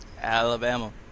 Alabama